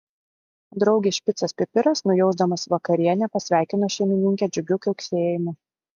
draugės špicas pipiras nujausdamas vakarienę pasveikino šeimininkę džiugiu kiauksėjimu